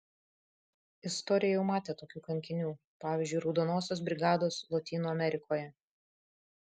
istorija jau matė tokių kankinių pavyzdžiui raudonosios brigados lotynų amerikoje